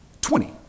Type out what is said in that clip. Twenty